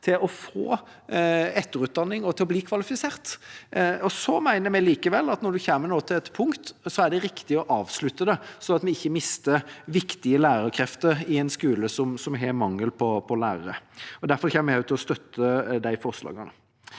til å få etterutdanning og til å bli kvalifisert. Vi mener likevel at når det nå kommer til et punkt, er det riktig å avslutte det, slik at vi ikke mister viktige lærerkrefter i en skole som har mangel på lærere. Derfor kommer vi også til å støtte de forslagene.